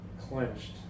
clenched